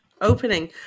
opening